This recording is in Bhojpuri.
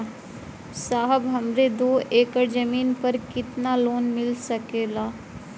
साहब हमरे दो एकड़ जमीन पर कितनालोन मिल सकेला?